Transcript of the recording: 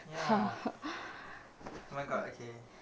ya oh my god okay